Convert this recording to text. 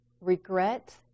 regret